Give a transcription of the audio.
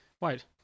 Wait